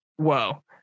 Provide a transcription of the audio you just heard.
whoa